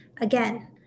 Again